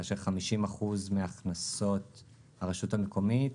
כאשר 50% מההכנסות לרשות המקומית